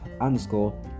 underscore